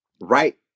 right